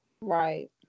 Right